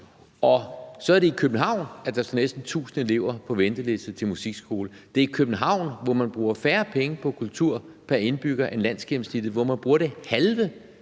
Og så er det i København, at der er næsten 1.000 elever på venteliste til musikskole. Det er i København, at man bruger færre penge på kultur pr. indbygger end landsgennemsnittet; man bruger pr.